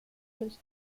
los